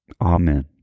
Amen